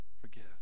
forgive